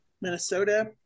Minnesota